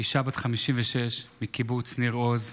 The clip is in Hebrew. אישה בת 56 מקיבוץ ניר עוז,